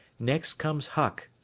next comes huck,